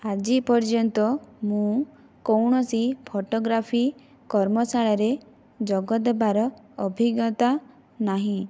ଆଜି ପର୍ଯ୍ୟନ୍ତ ମୁଁ କୌଣସି ଫଟୋଗ୍ରାଫି କର୍ମଶାଳାରେ ଯୋଗଦେବାର ଅଭିଜ୍ଞତା ନାହିଁ